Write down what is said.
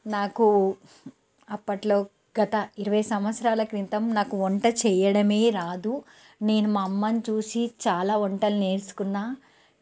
నాకు అప్పట్లో గత ఇరవై సంవత్సరాల క్రితం నాకు వంట చెయ్యడమే రాదు నేను మా అమ్మను చూసి చాలా వంటలు నేర్చుకున్నా